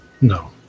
No